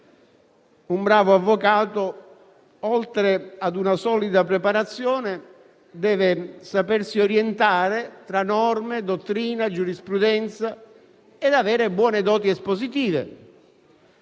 Un bravo avvocato, oltre ad una solida preparazione, deve sapersi orientare tra norme, dottrina e giurisprudenza ed avere buone doti espositive.